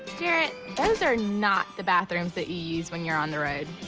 jarrett those are not the bathrooms that you use when you're on the road oh